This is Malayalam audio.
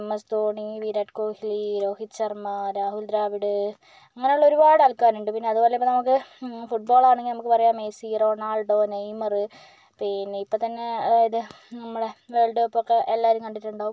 എം എസ് ധോണി വിരാട് കോഹ്ലി രോഹിത് ശർമ്മ രാഹുൽ ദ്രാവിഡ് അങ്ങനെയുള്ള ഒരുപാട് ആൾക്കാർ ഉണ്ട് പിന്നെ അതേപോലെ തന്നെ നമുക്ക് ഫുട് ബോൾ ആണെങ്കിൽ നമുക്ക് പറയാം മെസ്സി റൊണാർഡോ നെയ്മർ പിന്നേ ഇപ്പം തന്നെ അതായത് നമ്മുടെ വേൾഡ് കപ്പൊക്കെ എല്ലാവരും കണ്ടിട്ടുണ്ടാകും